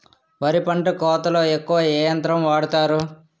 వరి పంట కోతలొ ఎక్కువ ఏ యంత్రం వాడతారు?